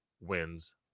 wins